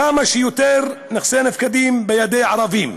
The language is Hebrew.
כמה שיותר נכסי נפקדים בידי ערבים.